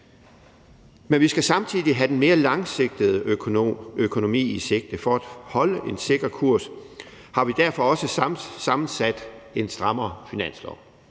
Men vi skal samtidig have den mere langsigtede økonomi i sigte. For at holde en sikker kurs har vi derfor også sammensat en strammere finanslov.